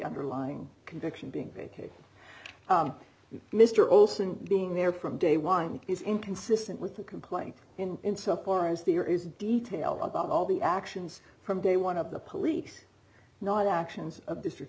underlying conviction being vacated mr olson being there from day one is inconsistent with the complaint in so far as the year is detail about all the actions from day one of the police not actions of district